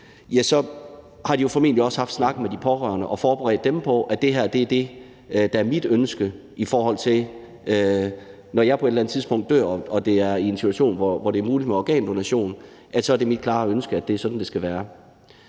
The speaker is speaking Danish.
har de formentlig også haft snakken med de pårørende og forberedt dem på, at det her er det, der er mit ønske, altså at når jeg på et eller andet tidspunkt dør, og hvis det er i en situation, hvor det er muligt med organdonation, så er det mit klare ønske, at det er sådan, det skal være.